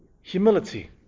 humility